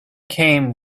came